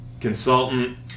consultant